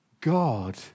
God